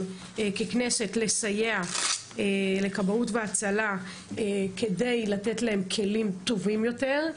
ככנסת לסייע לכבאות והצלה כדי לתת להם כלים טובים יותר.